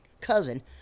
cousin